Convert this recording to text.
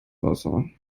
wasser